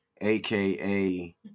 aka